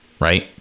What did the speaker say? right